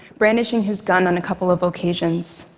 brandishing his gun on a couple of occasions.